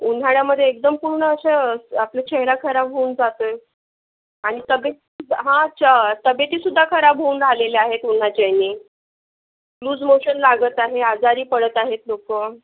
उन्हाळ्यामध्ये एकदम पूर्ण असं आपला चेहरा खराब होऊन जातोय आणि तब्ये हा च्य तब्येतीसुद्धा खराब होऊन राहलेल्या आहेत उन्हाच्या यानी लूज मोशन लागत आहे आजारी पडत आहेत लोक